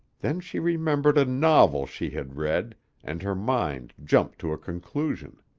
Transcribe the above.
then she remembered a novel she had read and her mind jumped to a conclusion.